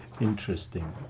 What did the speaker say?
interesting